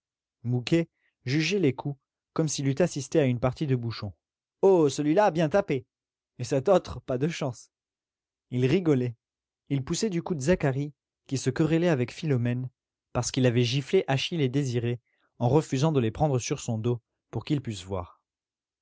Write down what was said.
jugeait les coups comme s'il eût assisté à une partie de bouchon oh celui-là bien tapé et cet autre pas de chance il rigolait il poussait du coude zacharie qui se querellait avec philomène parce qu'il avait giflé achille et désirée en refusant de les prendre sur son dos pour qu'ils pussent voir